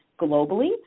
globally